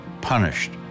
punished